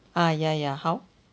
ah ya ya how